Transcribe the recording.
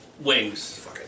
wings